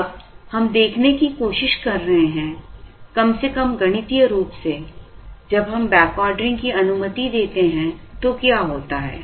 अब हम देखने की कोशिश कर रहे हैं कम से कम गणितीय रूप से जब हम बैकऑर्डरिंग की अनुमति देते हैं तो क्या होता है